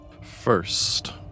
First